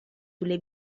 sulle